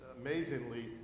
amazingly